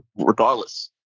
regardless